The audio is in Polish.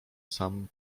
sam